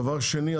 דבר שני,